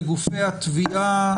לגופי התביעה,